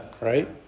Right